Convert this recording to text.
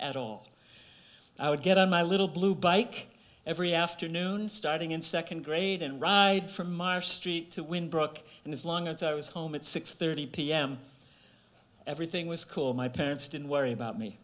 at all i would get on my little blue bike every afternoon starting in second grade and ride from our street to when broke and as long as i was home at six thirty pm everything was cool my parents didn't worry about me